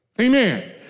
Amen